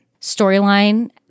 storyline